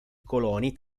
coloni